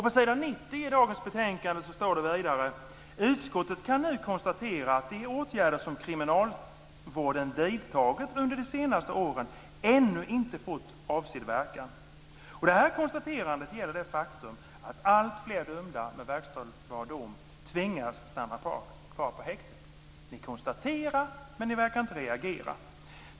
På s. 90 i dagens betänkande står det vidare: "Utskottet kan nu konstatera att de åtgärder som kriminalvården vidtagit under de senaste åren ännu inte har fått avsedd verkan." Det här konstaterandet gäller det faktum att alltfler dömda med verkställbar dom tvingas stanna kvar på häktet. Ni konstaterar, men ni verkar inte reagera.